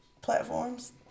platforms